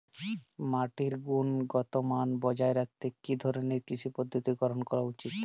মাটির গুনগতমান বজায় রাখতে কি ধরনের কৃষি পদ্ধতি গ্রহন করা উচিৎ?